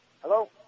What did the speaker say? Hello